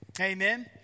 Amen